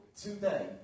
today